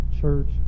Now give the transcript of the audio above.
church